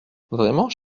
vraiment